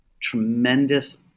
tremendous